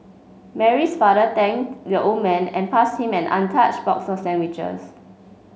Mary's father thanked the old man and passed him an untouched box of sandwiches